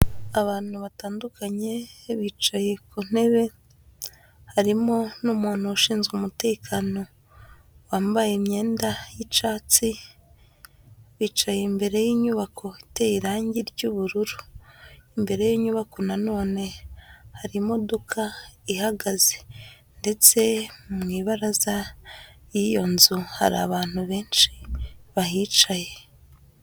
Abantu batandukanye bicaye ku ntebe, harimo n'umuntu ushinzwe umutekano, wambaye imyenda y'icyatsi, bicaye imbere y'inyubako iteye irangi ry'ubururu, imbere y'inyubako na none hari imodoka ihagaze ndetse mu ibaraza y'iyo nzu hari abantu benshi bahicaye.